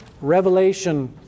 revelation